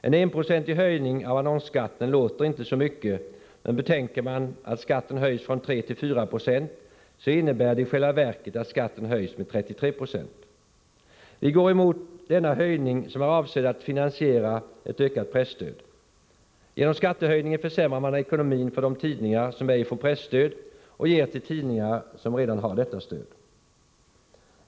En 1-procentig höjning av annonsskatten låter inte så mycket, men betänker man att skatten höjs från 3 till 4 96, innebär det i själva verket att skatten höjs med 33 26. Vi går emot denna höjning, som är avsedd att finansiera ett ökat presstöd. Genom skattehöjningen försämrar man ekonomin för de tidningar som ej får presstöd och ger till tidningar som redan har detta stöd.